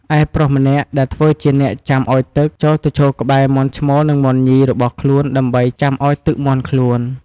ឯ ប្រុសម្នាក់ ដែលធ្វើជា អ្នកចាំឲ្យទឹក ចូលទៅឈរក្បែរ មាន់ឈ្មោល និង មាន់ញី របស់ខ្លួន ដើម្បី ចាំឲ្យទឹកមាន់ខ្លួន។